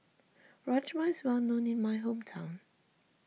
Rajma is well known in my hometown